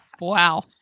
Wow